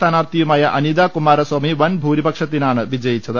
സ്ഥാനാർത്ഥിയുമായ Anita Kumaraswamy വൻഭൂരിപക്ഷത്തിനാണ് വിജയിച്ചത്